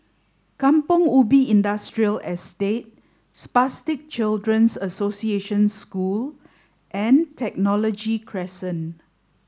Kampong Ubi Industrial Estate Spastic Children's Association School and Technology Crescent